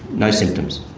no symptoms.